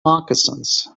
moccasins